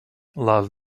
love